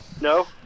no